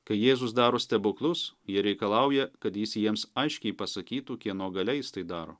kai jėzus daro stebuklus jie reikalauja kad jis jiems aiškiai pasakytų kieno galia jis tai daro